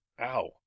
Ow